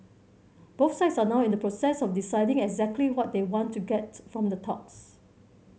both sides are now in the process of deciding exactly what they want to get from the talks